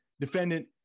defendant